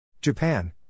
Japan